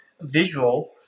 visual